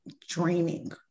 draining